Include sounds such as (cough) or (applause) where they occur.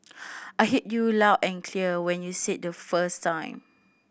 (noise) I heard you loud and clear when you said the first time